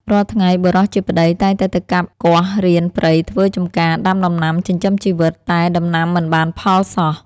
រាល់ថ្ងៃ បុរសជាប្តីតែងតែទៅកាប់គាស់រានព្រៃធ្វើ ចំការដាំដំណាំចិញ្ចឹមជីវិត តែដំណាំមិនបានផល សោះ ។